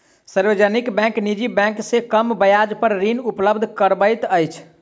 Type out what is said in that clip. सार्वजनिक बैंक निजी बैंक से कम ब्याज पर ऋण उपलब्ध करबैत अछि